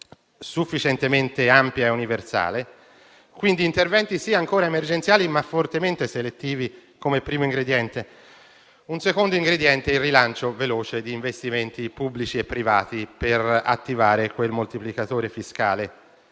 sufficientemente ampia e universale; quindi, interventi ancora emergenziali, sì, ma fortemente selettivi, come primo ingrediente. Un secondo ingrediente è il rilancio veloce di investimenti pubblici e privati per attivare quel moltiplicatore fiscale.